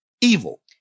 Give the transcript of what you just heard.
evil